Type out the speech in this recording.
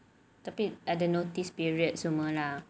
tapi ada notice period tu semua lah